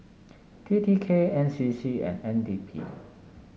T T K N C C and N D P